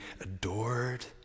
adored